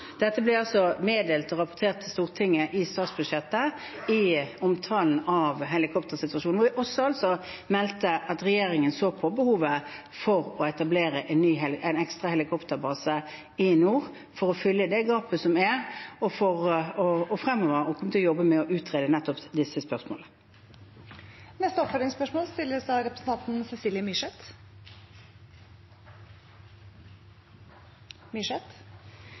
Dette ble meddelt og rapportert til Stortinget i statsbudsjettet, i omtalen av helikoptersituasjonen, hvor vi også meldte at regjeringen så på behovet for å etablere en ekstra helikopterbase i nord, for å fylle det gapet som er, og fremover vil jobbe med å utrede nettopp disse spørsmålene. Cecilie Myrseth – til oppfølgingsspørsmål. Mandag slo fylkesmann Elisabeth Vik Aspaker alarm. Hadde skipet som var på vei fra Tromsø, fått trøbbel utenfor kysten av